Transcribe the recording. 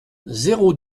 zéro